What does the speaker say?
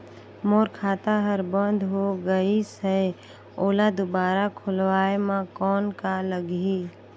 मोर खाता हर बंद हो गाईस है ओला दुबारा खोलवाय म कौन का लगही?